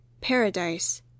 Paradise